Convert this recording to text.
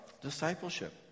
discipleship